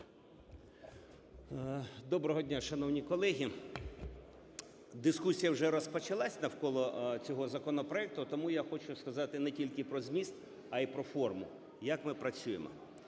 Доброго дня, шановні колеги. Дискусія вже розпочалася навколо цього законопроекту, тому я хочу сказати на тільки про зміст, а й про форму, як ми працюємо.